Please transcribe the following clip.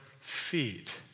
feet